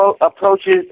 approaches